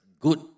Good